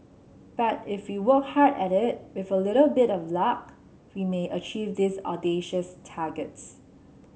but if we work hard at it with a little bit of luck we may achieve these audacious targets